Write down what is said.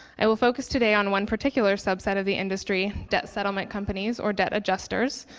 i will focus today on one particular subset of the industry, debt settlement companies or debt adjusters.